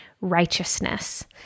righteousness